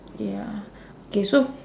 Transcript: ya K so